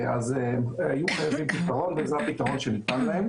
היו חייבים פתרון וזה הפתרון שניתן להם.